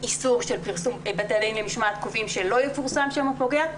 יש איסור פרסום ובתי הדין קובעים שלא יפורסם שם הפוגע,